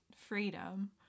freedom